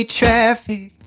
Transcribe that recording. traffic